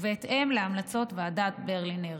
ובהתאם להמלצות ועדת ברלינר.